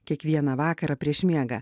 kiekvieną vakarą prieš miegą